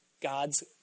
God's